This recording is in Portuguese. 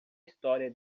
história